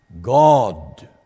God